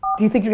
do you think,